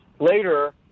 Later